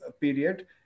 period